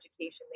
education